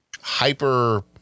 hyper